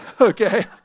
okay